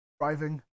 driving